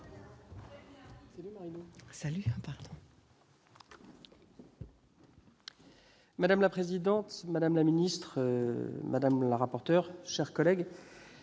Madame la présidente, madame la ministre, madame la rapporteur, mes chers collègues,